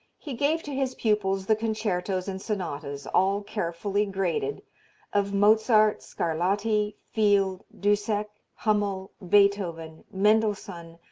he gave to his pupils the concertos and sonatas all carefully graded of mozart, scarlatti, field, dussek, hummel, beethoven, mendelssohn,